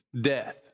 death